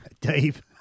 Dave